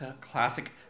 classic